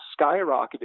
skyrocketed